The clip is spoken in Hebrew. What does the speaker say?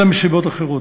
אלא מסיבות אחרות.